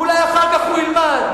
ואולי אחר כך הוא ילמד,